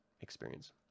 experience